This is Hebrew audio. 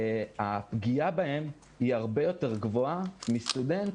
שהפגיעה בהם היא הרבה יותר גבוהה מאשר בסטודנט